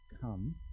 come